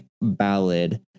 ballad